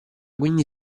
quindi